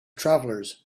travelers